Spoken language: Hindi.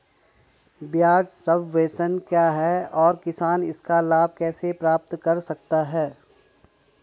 ब्याज सबवेंशन क्या है और किसान इसका लाभ कैसे प्राप्त कर सकता है?